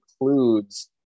includes